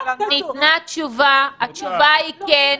ניתנה תשובה, התשובה היא כן.